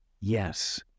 Yes